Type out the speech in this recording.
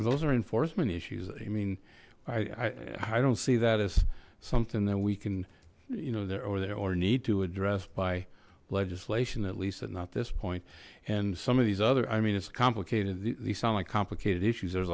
those are enforcement issues i mean iii don't see that as something that we can you know there or there or need to address by legislation at least not this point and some of these other i mean it's complicated you sound like complicated issues there's